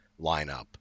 lineup